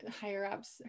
higher-ups